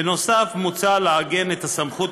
מה המשמעות של,